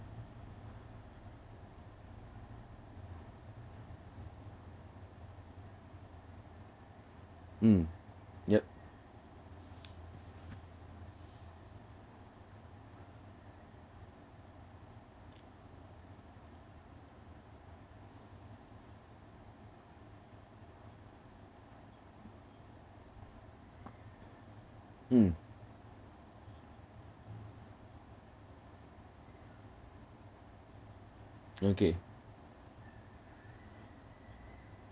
mm yup mm okay